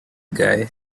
guy